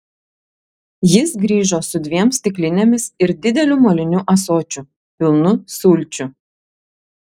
jis grįžo su dviem stiklinėmis ir dideliu moliniu ąsočiu pilnu sulčių